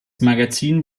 magazin